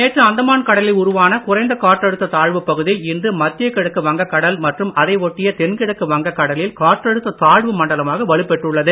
நேற்று அந்தமான் கடலில் உருவான குறைந்த காற்றழுத்தத் தாழ்வுப் பகுதி இன்று மத்திய கிழக்கு வங்கக் கடல் மற்றும் அதை ஒட்டிய தென்கிழக்கு வங்கக் கடலில் காற்றழுத்தத் தாழ்வு மண்டலமாக வலுப் பெற்றுள்ளது